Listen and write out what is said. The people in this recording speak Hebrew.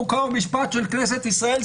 חוק ומשפט של כנסת ישראל,